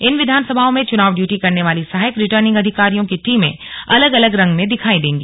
इन विधानसभाओं में चुनाव ड्यूटी करने वाली सहायक रिटर्निंग अधिकारियों की टीमें अलग अलग रंग में दिखाई देंगी